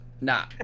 Nah